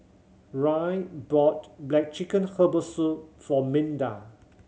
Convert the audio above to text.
Rae bought black chicken herbal soup for Minda